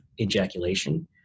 ejaculation